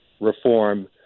reform